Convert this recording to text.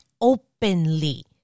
openly